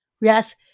Yes